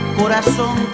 corazón